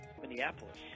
Minneapolis